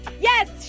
Yes